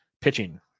Pitching